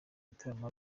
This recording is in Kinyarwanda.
gitaramo